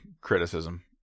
criticism